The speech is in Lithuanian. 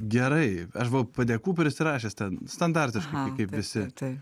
gerai aš buvau padėkų prisirašęs ten standartiškų tai kaip visi